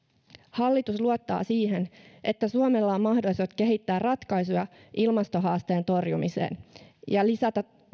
hallitus luottaa siihen että suomella on mahdollisuudet kehittää ratkaisuja ilmastohaasteen torjumiseen ja lisätä